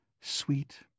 Sweet